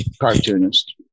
cartoonist